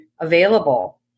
available